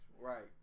right